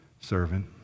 servant